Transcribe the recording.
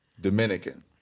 Dominican